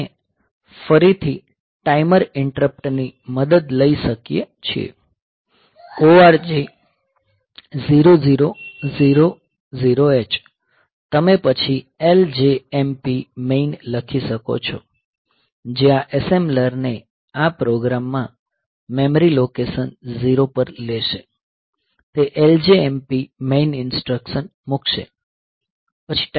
આપણે ફરીથી timer interrupt ની મદદ લઈ શકીએ છીએ ORG 0000 H તમે પછી LJMP મેઈન લખી શકો છો જે આ એસેમ્બલર ને આ પ્રોગ્રામમાં મેમરી લોકેશન 0 પર લેશે તે LJMP મેઈન ઈન્સ્ટ્રકશન મૂકશે